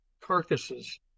carcasses